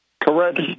Correct